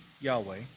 Yahweh